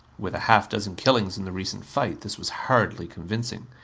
with a half-dozen killings in the recent fight this was hardly convincing.